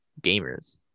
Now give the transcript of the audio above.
gamers